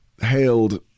hailed